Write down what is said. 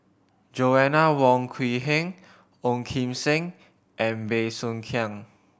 Joanna Wong Quee Heng Ong Kim Seng and Bey Soo Khiang